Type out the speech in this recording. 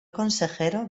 consejero